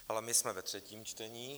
Ale my jsme ve třetím čtení.